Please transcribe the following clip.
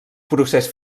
procés